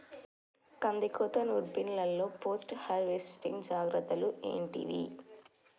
కందికోత నుర్పిల్లలో post harvesting జాగ్రత్తలు ఏంటివి?